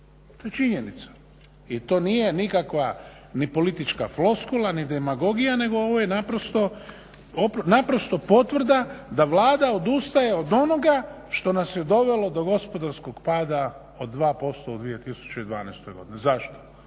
To je činjenica. I to nije nikakva ni politička floskula ni demagogija, nego ovo je naprosto potvrda da Vlada odustaje od onoga što nas je dovelo do gospodarskog pada od 2% u 2012. godini. Zašto?